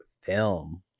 film